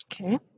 Okay